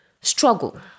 struggle